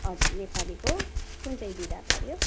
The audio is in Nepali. हजुर नेपालीको कुन चाहिँ विधा पऱ्यो